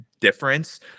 difference